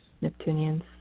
Neptunians